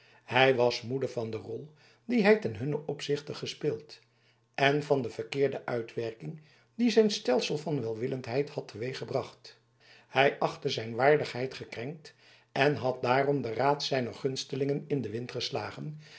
hij was moede van de rol die hij ten hunnen opzichte gespeeld en van de verkeerde uitwerking die zijn stelsel van welwillendheid had teweeggebracht hij achtte zijn waardigheid gekrenkt en had daarom den raad zijner gunstelingen in den wind geslagen